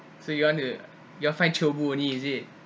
so you want to your want to find chio bu only is it